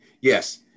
yes